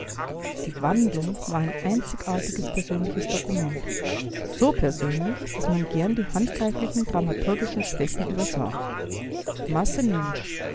die wandlung war ein einzigartiges persönliches dokument so persönlich daß man gern die handgreiflichen dramaturgischen schwächen übersah masse mensch